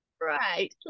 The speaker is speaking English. Right